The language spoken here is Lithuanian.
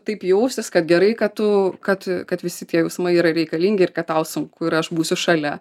taip jaustis kad gerai kad tu kad kad visi tie jausmai yra reikalingi ir kad tau sunku ir aš būsiu šalia